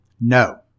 No